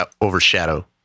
overshadow